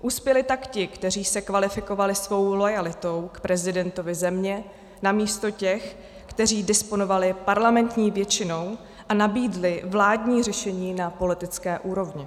Uspěli tak ti, kteří se kvalifikovali svou loajalitou k prezidentovi země, namísto těch, kteří disponovali parlamentní většinou a nabídli vládní řešení na politické úrovni.